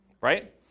Right